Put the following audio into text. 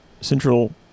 central